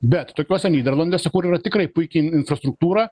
bet tokiuose nyderlanduose kur yra tikrai puiki infrastruktūra